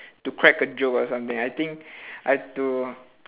to crack a joke or something I think I've to